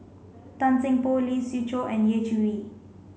Tan Seng Poh Lee Siew Choh and Yeh Chi Wei